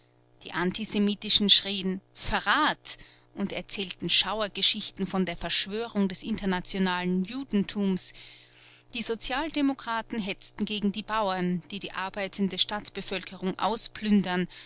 die antisemitischen schrien verrat und erzählten schauergeschichten von der verschwörung des internationalen judentums die sozialdemokraten hetzten gegen die bauern die die arbeitende stadtbevölkerung ausplündern